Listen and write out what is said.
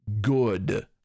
good